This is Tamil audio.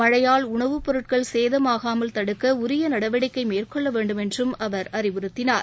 மணயால் உணவுப் பொருட்கள் சேதமானமல் தடுக்க உரிய நடவடிக்கை மேற்கொள்ள வேண்டும் என்றும் அவர் அறிவுறுத்தினார்